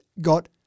got